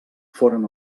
foren